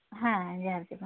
ᱦᱮᱸ ᱡᱚᱦᱟᱨᱜᱮ ᱢᱟ